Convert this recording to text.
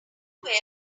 were